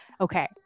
Okay